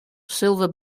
silver